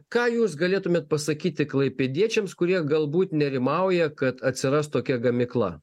ką jūs galėtumėt pasakyti klaipėdiečiams kurie galbūt nerimauja kad atsiras tokia gamykla